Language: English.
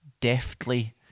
deftly